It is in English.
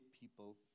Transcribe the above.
people